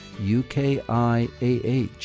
UKIAH